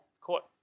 court